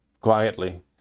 quietly